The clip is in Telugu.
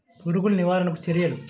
పురుగులు నివారణకు చర్యలు?